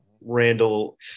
Randall